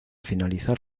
finalizar